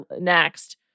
next